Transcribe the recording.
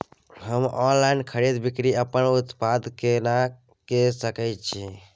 हम ऑनलाइन खरीद बिक्री अपन उत्पाद के केना के सकै छी?